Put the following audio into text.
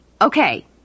Okay